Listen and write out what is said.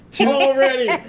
Already